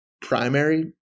primary